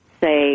say